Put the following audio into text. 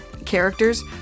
Characters